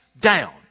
down